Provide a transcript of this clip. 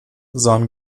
sahen